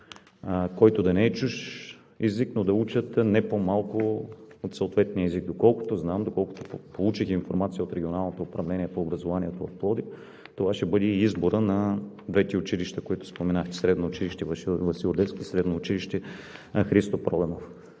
който да не е чужд език, но да учат не по-малко съответния език. Доколкото знам, доколкото получих информация от Регионалното управление на образованието в Пловдив, това ще бъде и изборът на двете училища, които споменахте – Средно училище „Васил Левски“ и Средно училище „Христо Проданов“.